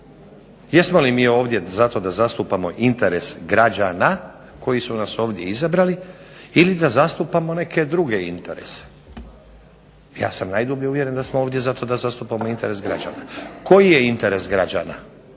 Jesmo li mi ovdje zato da zastupamo interes građana koji su nas ovdje izabrali ili da zastupamo neke druge interese. Ja sam najdublje uvjeren da smo ovdje zato da zastupamo interes građana. Koji je interes građana,